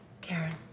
Karen